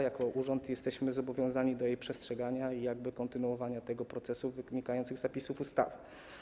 Jako urząd jesteśmy zobowiązani do jej przestrzegania i kontynuowania tego procesu wynikającego z zapisów ustawy.